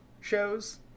shows